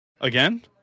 Again